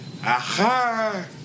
Aha